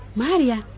maria